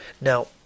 now